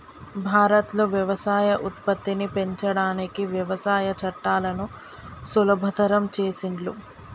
భారత్ లో వ్యవసాయ ఉత్పత్తిని పెంచడానికి వ్యవసాయ చట్టాలను సులభతరం చేసిండ్లు